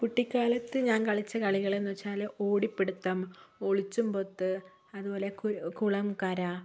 കുട്ടിക്കാലത്ത് ഞാൻ കളിച്ച കളികളെന്നു വച്ചാൽ ഓടി പിടുത്തം ഒളിച്ചും പൊത്ത് അതുപോലെ കുരു കുളംകര